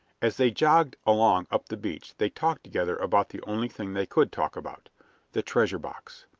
as they jogged along up the beach they talked together about the only thing they could talk about the treasure box.